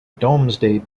domesday